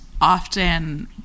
often